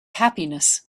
happiness